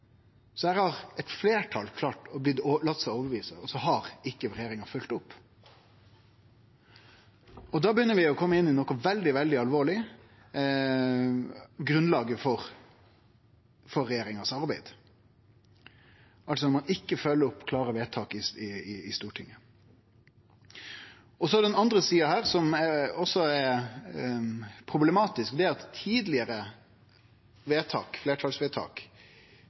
Så her har eit fleirtal latt seg overtyde, og så har regjeringa ikkje følgt opp. Da begynner vi å kome inn i noko veldig alvorleg: grunnlaget for arbeidet til regjeringa når ein ikkje følgjer opp klare vedtak i Stortinget. Den andre sida av dette, som også er problematisk, er at tidlegare fleirtalsvedtak